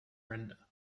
render